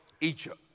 Egypt